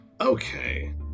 okay